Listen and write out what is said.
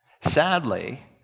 sadly